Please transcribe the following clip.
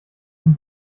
den